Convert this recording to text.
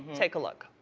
take a look.